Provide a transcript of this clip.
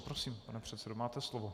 Prosím, pane předsedo, máte slovo.